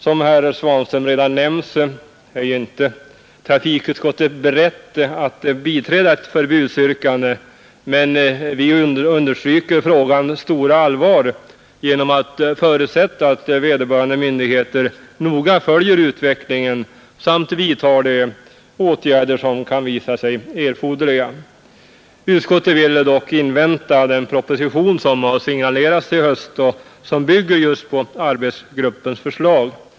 Som herr Svanström redan nämnt är inte trafikutskottet berett att biträda ett förbudsyrkande, men vi understryker frågans stora allvar genom att förutsätta att vederbörande myndigheter noga följer utvecklingen samt vidtar de åtgärder som kan visa sig erforderliga. Utskottet vill dock invänta den proposition som har signalerats till hösten och som just bygger på arbetsgruppens förslag.